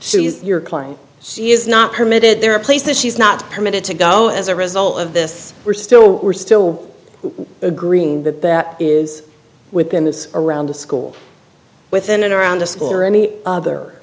us your client she is not permitted there are places she's not permitted to go as a result of this we're still we're still agreeing that that is within this around the school within and around the school or any other